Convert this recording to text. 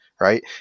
right